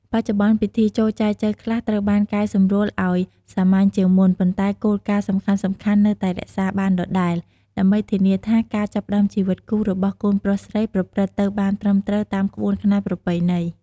បច្ចុប្បន្ន ពិធីចូលចែចូវខ្លះត្រូវបានកែសម្រួលឲ្យសាមញ្ញជាងមុន ប៉ុន្តែគោលការណ៍សំខាន់ៗនៅតែរក្សាបានដដែល ដើម្បីធានាថាការចាប់ផ្តើមជីវិតគូរបស់កូនប្រុសស្រីប្រព្រឹត្តទៅបានត្រឹមត្រូវតាមក្បួនខ្នាតប្រពៃណី។